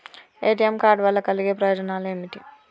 ATM card వల్ల కలిగే ప్రయోజనాలు ఏమిటి?